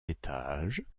étages